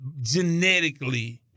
genetically